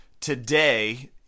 today